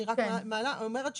אני רק מעלה ואומרת.